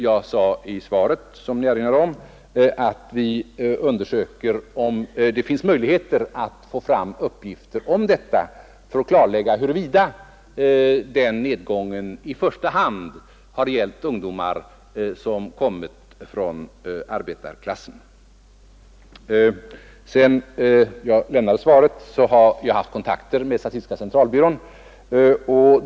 Jag sade i svaret som Ni erinrade om att vi undersöker om det finns möjligheter att få fram uppgifter om detta för att klarlägga huruvida nedgången i första hand har gällt ungdomar som kommit från arbetarklassen. Sedan jag lämnade svaret har jag haft kontakter med statistiska centralbyrån.